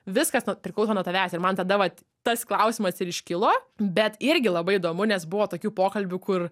viskas priklauso nuo tavęs ir man tada vat tas klausimas ir iškilo bet irgi labai įdomu nes buvo tokių pokalbių kur